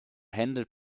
handled